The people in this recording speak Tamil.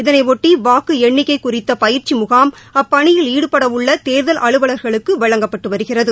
இதனைபொட்டி வாக்கு எண்ணிக்கை குறித்த பயிற்சி முகாம் அப்பணியில் ஈடுபடவுள்ள தேர்தல் அலுவலர்களுக்கு வழங்கப்பட்டு வருகிறது